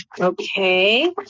Okay